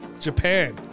Japan